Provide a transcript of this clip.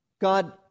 God